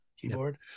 keyboard